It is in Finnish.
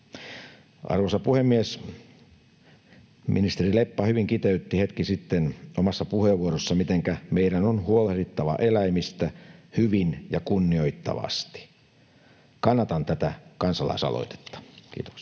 Arvoisa puhemies! Ministeri Leppä hyvin kiteytti hetki sitten omassa puheenvuorossaan, mitenkä meidän on huolehdittava eläimistä hyvin ja kunnioittavasti. Kannatan tätä kansalaisaloitetta. — Kiitoksia.